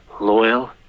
loyal